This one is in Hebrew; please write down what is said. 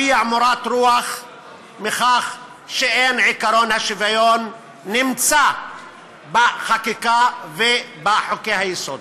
הביע מורת רוח מכך שאין עקרון השוויון נמצא בחקיקה ובחוקי-היסוד.